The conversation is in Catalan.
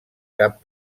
cap